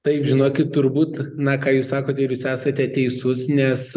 taip žinokit turbūt na ką jūs sakote ir jūs esate teisus nes